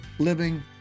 living